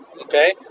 okay